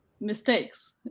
mistakes